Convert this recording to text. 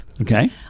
Okay